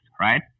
right